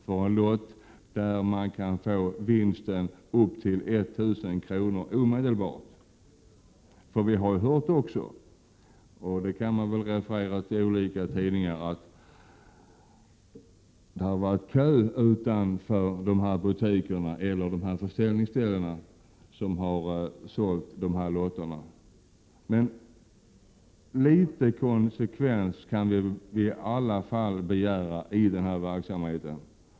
för en lott, där man kan få ut en vinst på upp till 1 000 kr. omedelbart? Vi vet också via referat i olika tidningar att det har varit kö utanför de försäljningsställen som sålt trisslotter. Litet konsekvens kan man väl i alla fall begära i denna verksamhet.